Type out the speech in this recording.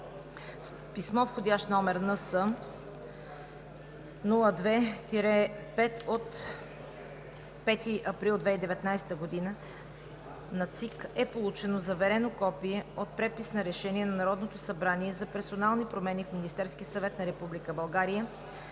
писмо вх. № НС-02-5 от 5 април 2019 г. на ЦИК е получено заверено копие от препис на решение на Народното събрание за персонални промени в Министерския съвет на Република България,